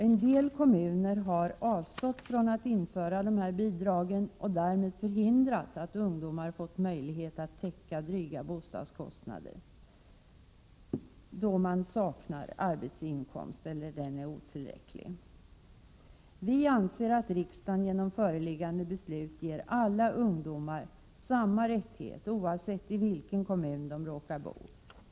En del kommuner har avstått från att införa dessa bidrag och har därmed hindrat att ungdomar fått möjlighet att täcka dryga bostadskostnader under den tid de saknar arbetsinkomst eller har en otillräcklig sådan. Vi anser att riksdagen genom föreliggande beslut ger alla ungdomar samma rättigheter, oavsett i vilken kommun de råkar bo.